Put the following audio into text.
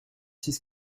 six